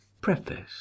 Preface